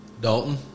Dalton